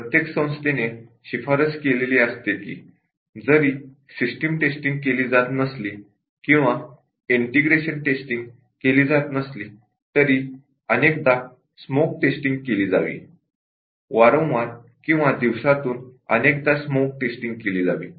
प्रत्येक संस्थेने शिफारस केलेली असते की जरी सिस्टम टेस्टिंग किंवा ईंटेग्रेशन टेस्टिंग केली जात नसली तरी अनेकदा स्मोक टेस्टिंग केली जावी वारंवार किंवा दिवसातून अनेकदा स्मोक टेस्टिंग केली जावी